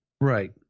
Right